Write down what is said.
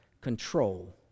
control